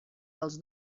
els